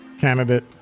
Candidate